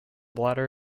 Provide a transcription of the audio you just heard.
bladder